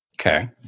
Okay